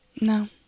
No